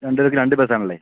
രണ്ടുപേർക്കും രണ്ടുബസ്സാണല്ലേ